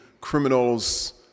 criminals